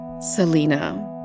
Selena